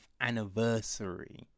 anniversary